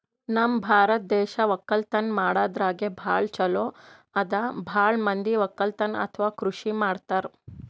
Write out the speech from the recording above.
ನಮ್ ಭಾರತ್ ದೇಶ್ ವಕ್ಕಲತನ್ ಮಾಡದ್ರಾಗೆ ಭಾಳ್ ಛಲೋ ಅದಾ ಭಾಳ್ ಮಂದಿ ವಕ್ಕಲತನ್ ಅಥವಾ ಕೃಷಿ ಮಾಡ್ತಾರ್